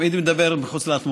תמיד הוא מדבר מחוץ לאטמוספירה.